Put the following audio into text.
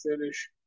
finish